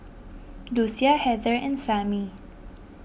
Lucia Heather and Samie